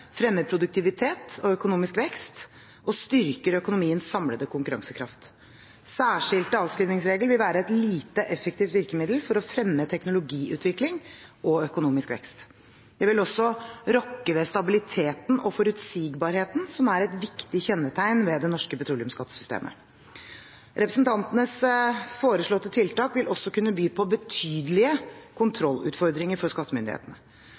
produktivitet og økonomisk vekst og styrker økonomiens samlede konkurransekraft. Særskilte avskrivningsregler vil være et lite effektivt virkemiddel for å fremme teknologiutvikling og økonomisk vekst. Det vil også rokke ved stabiliteten og forutsigbarheten som er et viktig kjennetegn ved det norske petroleumsskattesystemet. Representantenes foreslåtte tiltak vil også kunne by på betydelige kontrollutfordringer for skattemyndighetene.